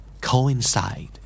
Coincide